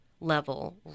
level